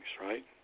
right